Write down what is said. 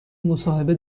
مصاحبه